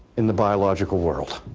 in the biological world.